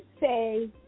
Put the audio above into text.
say